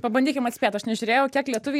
pabandykim atspėt aš nežiūrėjau kiek lietuviai